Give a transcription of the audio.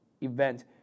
event